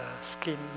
skin